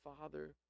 Father